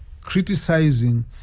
criticizing